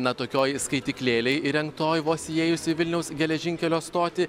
na tokioj skaityklėlėj įrengtoj vos įėjus į vilniaus geležinkelio stotį